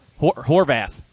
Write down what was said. Horvath